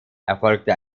erfolgte